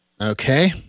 Okay